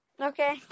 Okay